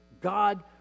God